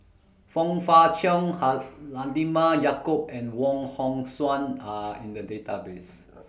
Fong Fah Cheong Halalimah Yacob and Wong Hong Suen Are in The Database